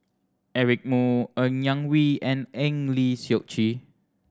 Eric Moo Ng Yak Whee and Eng Lee Seok Chee